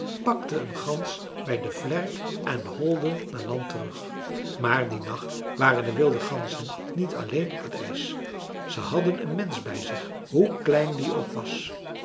pakte een gans bij de vlerk en holde naar land terug maar dien nacht waren de wilde ganzen niet alleen op t ijs ze hadden een mensch bij zich hoe klein die ook was